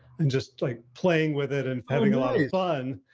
and just like playing with it, and having a lot of fun.